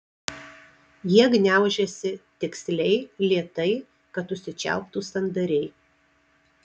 jie gniaužiasi tiksliai lėtai kad užsičiauptų sandariai